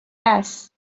است